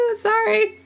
sorry